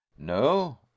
no